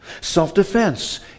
self-defense